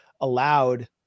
allowed